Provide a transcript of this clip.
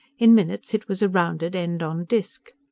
in minutes it was a rounded, end-on disk.